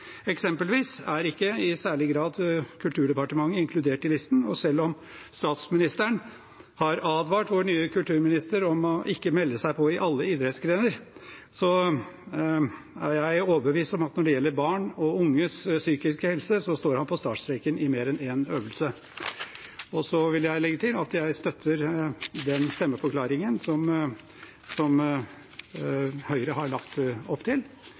Eksempelvis er Kulturdepartementet ikke inkludert i listen i særlig grad, og selv om statsministeren har advart vår nye kulturminister om ikke å melde seg på i alle idrettsgrener, er jeg overbevist om at han når det gjelder barn og unges psykiske helse, står på startstreken i mer enn én øvelse. Jeg vil legge til at jeg støtter stemmeforklaringen som Høyre har lagt opp til. Vi kommer altså ikke til å støtte forslagene nr. 24 og 25, men vi kommer til